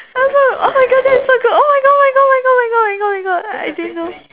I found oh my god that is so cool oh my god oh my god oh my god oh my god oh my god I didn't know